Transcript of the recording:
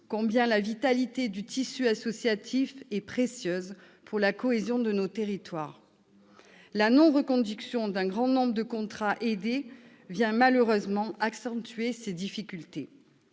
combien la vitalité du tissu associatif est précieuse pour la cohésion de nos territoires. La non-reconduction d'un grand nombre de contrats aidés vient malheureusement accentuer ces difficultés.